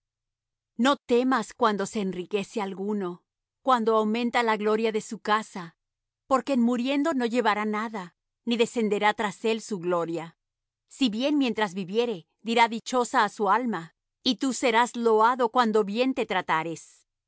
no temas cuando se enriquece alguno cuando aumenta la gloria de su casa porque en muriendo no llevará nada ni descenderá tras él su gloria si bien mientras viviere dirá dichosa á su alma y tú serás loado cuando bien te tratares